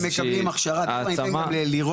מקבלים הכשרה, בוא אני אתן כאן לירון.